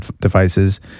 devices